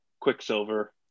Quicksilver